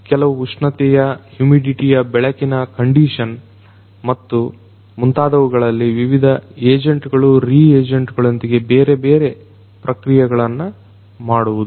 ಕೆಲವು ಉಷ್ಣತೆಯ ಹ್ಯುಮಿಡಿಟಿಯ ಬೆಳಕಿನ ಕಂಡಿಷನ್ ಮತ್ತು ಮುಂತಾದವುಗಳಲ್ಲಿ ವಿವಿಧ ಏಜೆಂಟ್ಗಳು ರೀಏಜೆಂಟ್ ಗಳೊಂದಿಗೆ ಬೇರೆ ಬೇರೆ ಪ್ರತಿಕ್ರೀಯೆಗಳನ್ನ ಮಾಡುವುದು